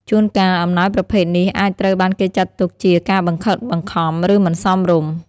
ជួនកាល អំណោយប្រភេទនេះអាចត្រូវបានគេចាត់ទុកជាការបង្ខិតបង្ខំ ឬមិនសមរម្យ។